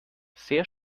sehr